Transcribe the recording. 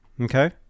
Okay